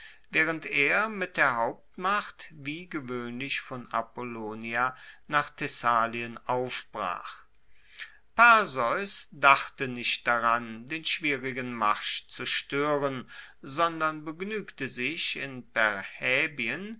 waehrend er mit der hauptmacht wie gewoehnlich von apollonia nach thessalien aufbrach perseus dachte nicht daran den schwierigen marsch zu stoeren sondern begnuegte sich in